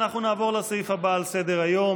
אנחנו נעבור לסעיף הבא על סדר-היום,